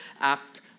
act